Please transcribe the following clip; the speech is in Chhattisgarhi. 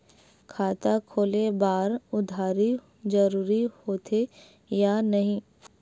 खाता खोले बार आधार जरूरी हो थे या नहीं?